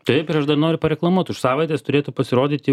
taip ir aš dar noriu pareklamuot už savaitės turėtų pasirodyti